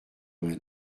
vingt